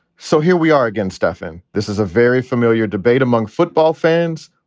so here we are again, stefan. this is a very familiar debate among football fans.